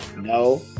No